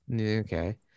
okay